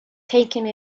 taking